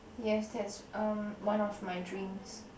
yes that's um one of my dreams